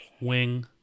Wing